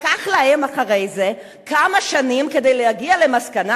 לקח להם אחרי זה כמה שנים כדי להגיע למסקנה